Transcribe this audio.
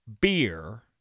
Beer